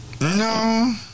No